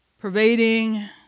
Pervading